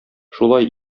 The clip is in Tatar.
шулай